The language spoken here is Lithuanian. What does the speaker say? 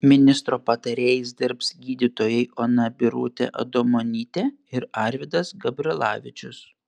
ministro patarėjais dirbs gydytojai ona birutė adomonytė ir arvydas gabrilavičius